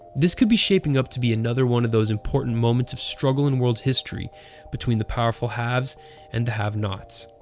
this could be shaping up to be another one of those important moments of struggle in world history between the powerful have's and the have nots.